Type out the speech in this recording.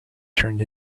turned